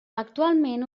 actualment